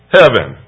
heaven